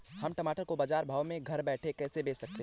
हम टमाटर को बाजार भाव में घर बैठे कैसे बेच सकते हैं?